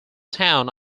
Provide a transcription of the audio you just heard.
town